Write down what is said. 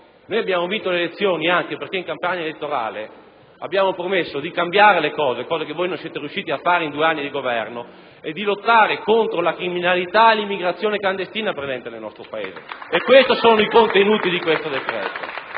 Noi abbiamo vinto le elezioni anche perché in campagna elettorale abbiamo promesso di cambiare le cose, cosa che voi non siete riusciti a fare in due anni di Governo, e di lottare contro la criminalità e l'immigrazione clandestina presenti nel nostro Paese. *(Applausi dai Gruppi LNP e